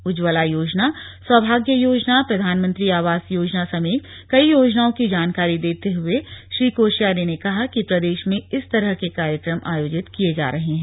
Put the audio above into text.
उज्वला योजना सौभाग्य योजना प्रधानमंत्री आवास योजना सहित कई योजनाओ की जानकारी देते हए श्री कोश्यारी ने कहा कि पूरे प्रदेश में इस तरह के कार्यक्रम आयोजित किये जा रहे हैं